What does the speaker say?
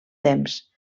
temps